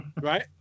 Right